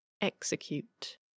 execute